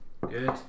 good